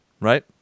right